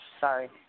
Sorry